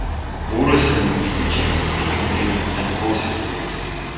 purūs ir minkštučiai cukinijų blynai net ausys links